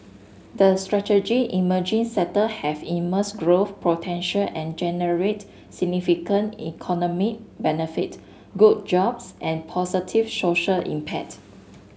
the strategic emerging sector have immense growth potential and generate significant economic benefit good jobs and positive social impact